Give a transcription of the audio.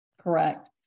Correct